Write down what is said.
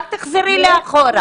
אל תחזירי לאחור.